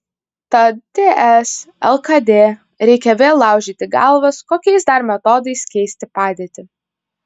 tad ts lkd reikia vėl laužyti galvas kokiais dar metodais keisti padėtį